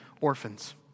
orphans